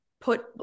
put